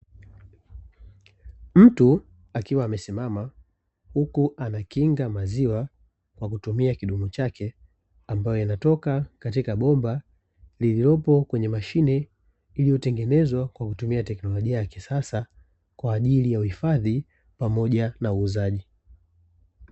Mtu akiwa amesimama huku anakinga maziwa kwa kutumia kidumu chake, ambayo yanatoka katika bomba lililopo kwenye mashine iliyotengenezwa kwa kutumia tekinolojia ya kisasa, kwa ajili ya uhifadhi pamoja na uuzaji.